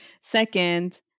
Second